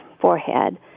forehead